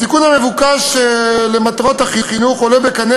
התיקון המבוקש למטרות החינוך עולה בקנה